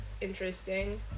interesting